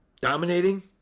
Dominating